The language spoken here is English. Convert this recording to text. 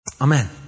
Amen